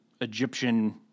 Egyptian